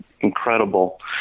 incredible